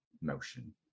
motion